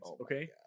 Okay